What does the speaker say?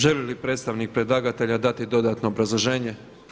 Želi li predstavnik predlagatelja dati dodatno obrazloženje.